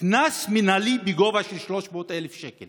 קנס מינהלי בגובה של 300,000 שקל